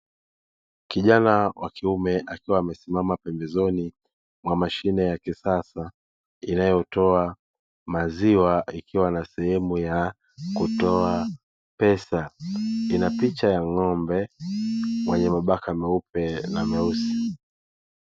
Kijana wa kiume akiwa amesimama pembezoni mwa mashine ya kisasa, inayotoa maziwa ikiwa na sehemu ya kutoa pesa, ina picha ya ng'ombe mwenye mabaka meupe na meusi.